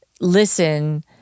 Listen